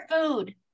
food